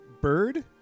Bird